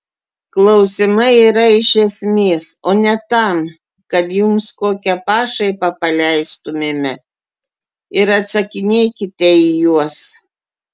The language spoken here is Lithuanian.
klausimai yra iš esmės o ne tam kad jums kokią pašaipą paleistumėme ir atsakinėkite į juos